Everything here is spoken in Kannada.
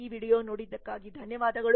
ಈ ವೀಡಿಯೊ ನೋಡಿದ್ದಕ್ಕಾಗಿ ಧನ್ಯವಾದಗಳು